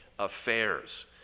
affairs